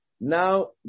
Now